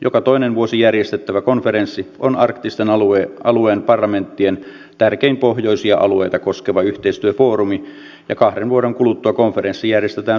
joka toinen vuosi järjestettävä konferenssi on arktisen alueen parlamenttien tärkein pohjoisia alueita koskeva yhteistyöfoorumi ja kahden vuoden kuluttua konferenssi järjestetään suomessa